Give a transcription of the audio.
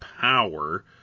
Power